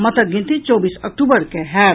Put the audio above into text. मतक गिनती चौबीस अक्टूबर के होयत